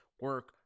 Work